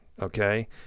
Okay